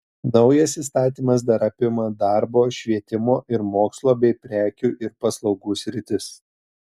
naujas įstatymas dar apima darbo švietimo ir mokslo bei prekių ir paslaugų sritis